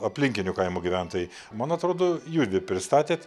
aplinkinių kaimų gyventojai man atrodo judvi pristatėt